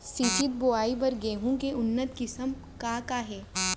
सिंचित बोआई बर गेहूँ के उन्नत किसिम का का हे??